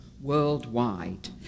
worldwide